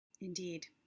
Indeed